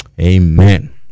Amen